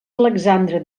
alexandre